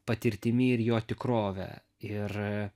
patirtimi ir jo tikrove ir